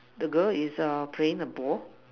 the girl is err playing the ball